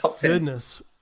goodness